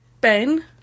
Ben